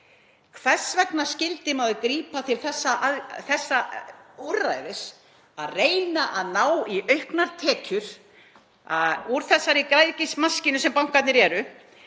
Hvers vegna skyldi maður grípa til þessa úrræðis að reyna að ná í auknar tekjur úr þessari græðgismaskínu sem bankarnir eru?